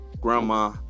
grandma